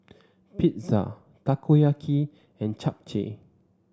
Pizza Takoyaki and Japchae